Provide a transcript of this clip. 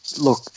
Look